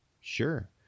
Sure